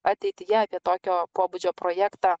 ateityje apie tokio pobūdžio projektą